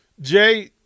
Jay